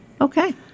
Okay